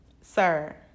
sir